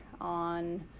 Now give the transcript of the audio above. on